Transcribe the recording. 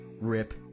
Rip